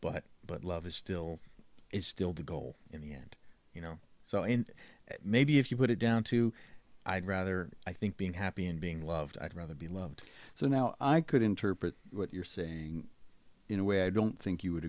but but love is still is still the goal in the end you know so and maybe if you put it down to i'd rather i think being happy and being loved i'd rather be loved so now i could interpret what you're saying in a way i don't think you would